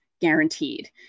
guaranteed